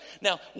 Now